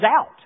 out